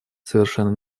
совершенно